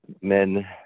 Men